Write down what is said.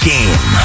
Game